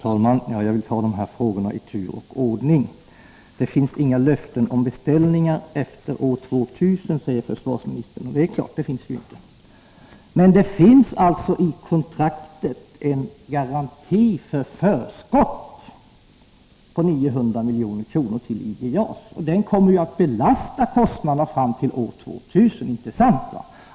Herr talman! Jag tar dessa frågor i tur och ordning. Det finns inga löften om beställningar efter år 2000, säger försvarsministern. Nej, det är klart — det finns det inte. Men det finns alltså i kontraktet en garanti för förskott på 900 milj.kr. till IG JAS. Det kommer att belasta kostnaderna fram till år 2000. Inte sant?